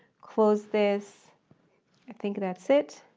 close this. i think that's it.